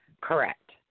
Correct